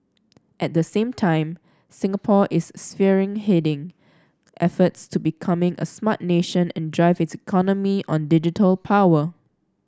at the same time Singapore is spearheading efforts to become a Smart Nation and drive its economy on digital power